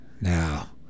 now